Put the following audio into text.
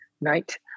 night